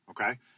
Okay